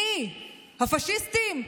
מי, הפשיסטים?